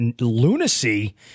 lunacy